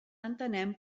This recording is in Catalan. entenem